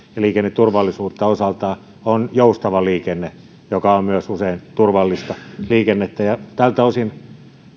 liikenneturvallisuutta on osaltaan joustava liikenne joka on myös usein turvallista liikennettä tältä osin